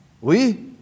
Oui